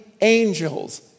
angels